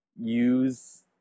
use